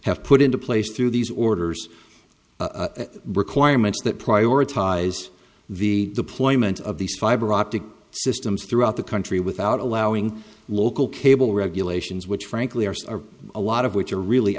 have put into place through these orders requirements that prioritize the deployment of these fiber optic systems throughout the country without allowing local cable regulations which frankly arse are a lot of which are really